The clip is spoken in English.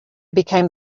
become